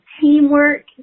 teamwork